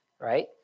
Right